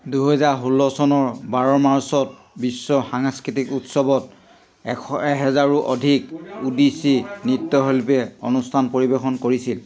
দুহেজাৰ ষোল্ল চনৰ বাৰ মাৰ্চত বিশ্ব সাংস্কৃতিক উৎসৱত এশ এহেজাৰৰো অধিক ওডিচি নৃত্যশিল্পীয়ে অনুষ্ঠান পৰিৱেশন কৰিছিল